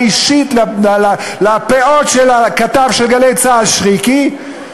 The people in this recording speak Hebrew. אישית לפאות של הכתב של "גלי צה"ל" שרקי.